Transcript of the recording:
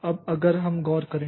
अब अगर हम गौर करें